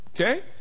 Okay